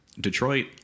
Detroit